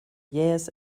jähes